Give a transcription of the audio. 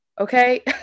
okay